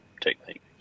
technique